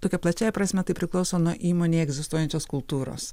tokia plačiąja prasme tai priklauso nuo įmonėje egzistuojančios kultūros